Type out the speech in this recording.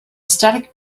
static